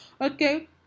okay